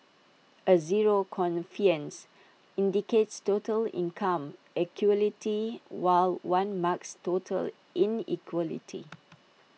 A zero indicates total income equality while one marks total inequality